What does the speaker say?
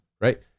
Right